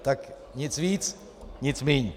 Tak nic víc, nic míň.